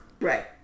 Right